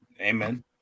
Amen